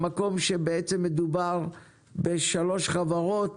במקום שבעצם מדובר בשלוש חברות